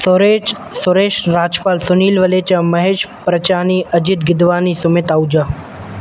Suresh Suresh Rajpal Sunil Walecha Mahesh Parchani Ajit Gidwani Sumit Ahuja